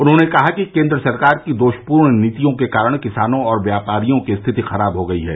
उन्होंने कहा कि केन्द्र सरकार की दोषपूर्ण नीतियों के कारण किसानों और व्यापारियों की स्थिति खराब हो गयी है